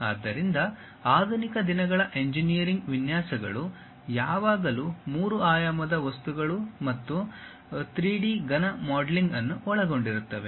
ಆದ್ದರಿಂದ ಆಧುನಿಕ ದಿನಗಳ ಇಂಜಿನಿಯರಿಂಗ್ ವಿನ್ಯಾಸಗಳು ಯಾವಾಗಲೂ ಮೂರು ಆಯಾಮದ ವಸ್ತುಗಳು ಮತ್ತು 3D ಘನ ಮಾಡೆಲಿಂಗ್ ಅನ್ನು ಒಳಗೊಂಡಿರುತ್ತವೆ